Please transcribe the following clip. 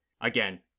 Again